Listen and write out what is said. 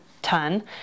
ton